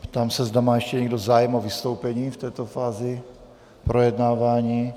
Ptám se, zda má ještě někdo zájem o vystoupení v této fázi projednávání.